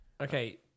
Okay